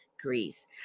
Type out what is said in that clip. Greece